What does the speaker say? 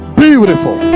beautiful